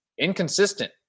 Inconsistent